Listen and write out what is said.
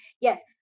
yes